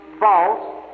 false